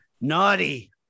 Naughty